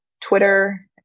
Twitter